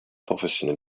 professione